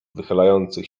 wychylających